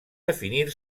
definir